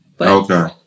okay